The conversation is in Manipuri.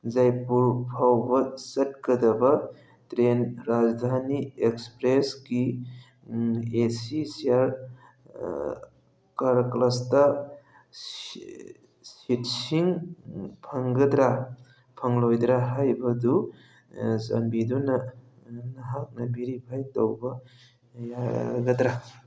ꯌꯥꯏꯄꯣꯔ ꯐꯥꯎꯕ ꯆꯠꯀꯗꯕ ꯇ꯭ꯔꯦꯟ ꯔꯥꯖꯙꯥꯅꯤ ꯑꯦꯛꯁꯄ꯭ꯔꯦꯁꯀꯤ ꯑꯦ ꯁꯤ ꯆꯤꯌꯥꯔ ꯀꯥꯔꯀ꯭ꯂꯁꯇ ꯁꯤꯠꯁꯤꯡ ꯐꯪꯒꯗ꯭ꯔ ꯐꯪꯂꯣꯏꯀꯗ꯭ꯔ ꯍꯥꯏꯕꯗꯨ ꯆꯥꯟꯕꯤꯗꯨꯅ ꯅꯍꯥꯛꯅ ꯕꯦꯔꯤꯐꯥꯏ ꯐꯧꯕ ꯌꯥꯒꯗ꯭ꯔ